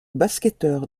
basketteur